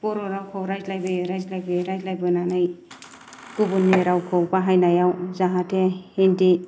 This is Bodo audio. बर'रावखौ रायज्लायबोयै रायज्लायबोयै रायज्लायबोनानै गुबुननि रावखौ बाहायनायाव जाहाथे हिन्दी